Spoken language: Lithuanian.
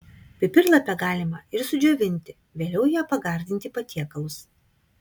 pipirlapę galima ir sudžiovinti vėliau ja pagardinti patiekalus